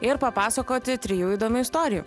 ir papasakoti trijų įdomių istorijų